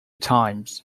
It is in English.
times